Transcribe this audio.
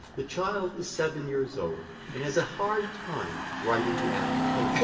the child is seven years old and has a hard time writing the application.